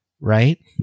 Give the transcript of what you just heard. right